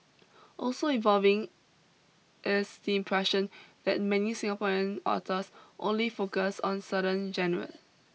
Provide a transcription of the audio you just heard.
also evolving is the impression that many Singapore and authors only focus on certain genres